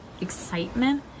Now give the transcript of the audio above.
excitement